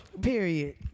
Period